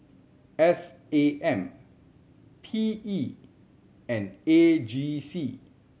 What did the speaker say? S A M P E and A G C